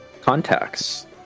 contacts